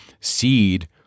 Seed